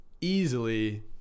easily